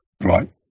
Right